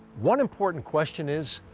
one important question is,